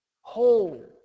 whole